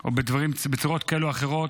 או צורות כאלה ואחרות,